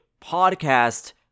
podcast